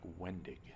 Wendig